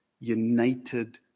united